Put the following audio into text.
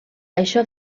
això